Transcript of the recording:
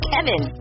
Kevin